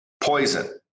poison